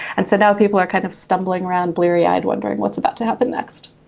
and so now people are kind of stumbling around bleary eyed wondering what's about to happen next